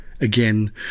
again